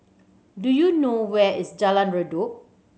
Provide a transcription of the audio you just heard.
do you know where is Jalan Redop